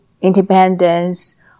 independence